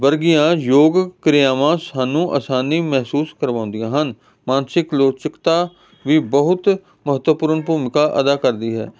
ਵਰਗੀਆਂ ਯੋਗ ਕਿਰਿਆਵਾਂ ਸਾਨੂੰ ਆਸਾਨੀ ਮਹਿਸੂਸ ਕਰਵਾਉਂਦੀਆਂ ਹਨ ਮਾਨਸਿਕ ਲਚਕਤਾ ਵੀ ਬਹੁਤ ਮਹੱਤਵਪੂਰਨ ਭੂਮਿਕਾ ਅਦਾ ਕਰਦੀ ਹੈ